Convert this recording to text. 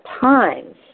times